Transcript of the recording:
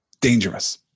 dangerous